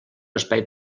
espai